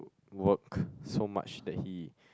worked so much that he